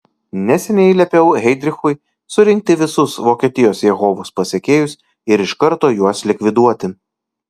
neseniai liepiau heidrichui surinkti visus vokietijos jehovos pasekėjus ir iš karto juos likviduoti